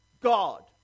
God